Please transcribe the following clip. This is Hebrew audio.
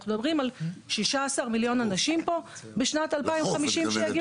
אנחנו מדברים על 16 מיליון אנשים פה בשנת 2050 שיגיעו לחוף.